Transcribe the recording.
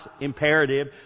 imperative